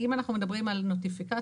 אם אנחנו מדברים על נוטיפיקציה,